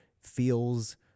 feels